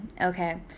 Okay